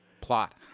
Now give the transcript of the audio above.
plot